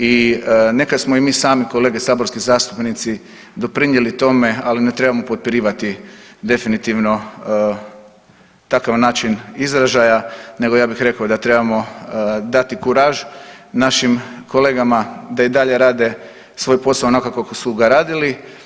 I nekad smo i mi sami kolege saborski zastupnici doprinijeli tome, ali ne trebamo potpirivati definitivno takav način izražaja, nego ja bih rekao da trebamo dati kuraž našim kolegama da i dalje rade svoj posao onako kako su ga radili.